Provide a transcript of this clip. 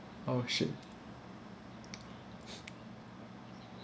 oh shit